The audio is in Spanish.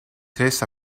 tres